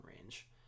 range